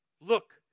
look